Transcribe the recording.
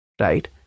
right